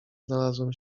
znalazłem